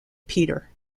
peter